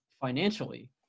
financially